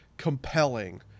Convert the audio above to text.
compelling